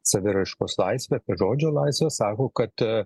saviraiškos laisvę žodžio laisvę sako kad